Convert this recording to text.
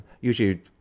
usually